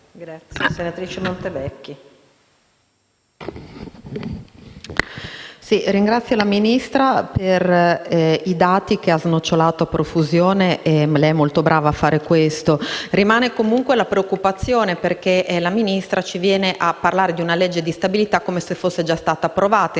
Presidente, ringrazio la Ministra per i dati che ha snocciolato a profusione (lei è molto brava a fare questo); rimane comunque una preoccupazione. La Ministra ci viene a parlare di una legge di stabilità come se fosse stata già approvata,